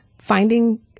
finding